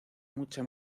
mucha